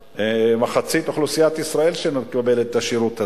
לכמעט-מחצית אוכלוסיית ישראל שמקבלת את השירות הזה.